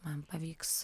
man pavyks